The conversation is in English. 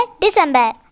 December